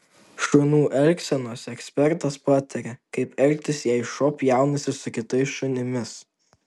šunų elgsenos ekspertas pataria kaip elgtis jei šuo pjaunasi su kitais šunimis